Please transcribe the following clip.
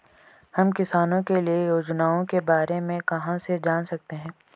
हम किसानों के लिए योजनाओं के बारे में कहाँ से जान सकते हैं?